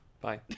Bye